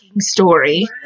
Story